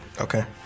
Okay